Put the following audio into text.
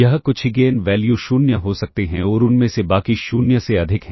यह कुछ eigenvalue 0 हो सकते हैं और उनमें से बाकी 0 से अधिक हैं